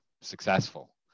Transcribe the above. successful